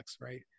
right